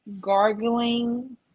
gargling